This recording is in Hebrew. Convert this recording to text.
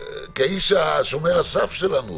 כשומר הסף שלנו.